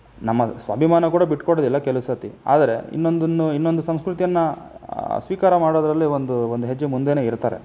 ನಮ್ಮ ಸ್ವಾಭಿಮಾನ ಕೂಡ ಬಿಟ್ಕೊಡುವುದಿಲ್ಲ ಕೆಲವು ಸರ್ತಿ ಆದರೆ ಇನ್ನೊಂದನ್ನು ಇನ್ನೊಂದು ಸಂಸ್ಕೃತಿಯನ್ನು ಸ್ವೀಕಾರ ಮಾಡೋದರಲ್ಲಿ ಒಂದು ಒಂದು ಹೆಜ್ಜೆ ಮುಂದೆಯೇ ಇರ್ತಾರೆ